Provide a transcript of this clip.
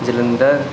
Jalandhar